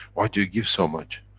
why do you give so much?